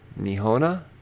Nihona